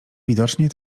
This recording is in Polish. widocznie